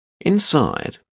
Inside